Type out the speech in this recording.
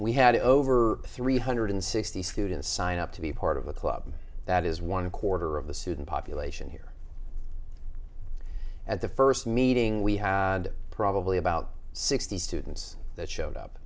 we had over three hundred sixty students signed up to be part of a club that is one quarter of the student population here at the first meeting we had probably about sixty students that showed up